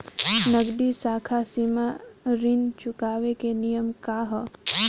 नगदी साख सीमा ऋण चुकावे के नियम का ह?